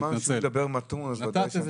נתת איזה